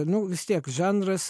nu vis tiek žanras